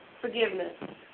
forgiveness